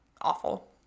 awful